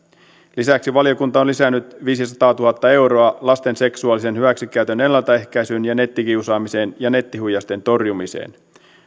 lisäksi valiokunta on lisännyt viisisataatuhatta euroa lasten seksuaalisen hyväksikäytön ennaltaehkäisyyn ja nettikiusaamisen ja nettihuijausten torjumiseen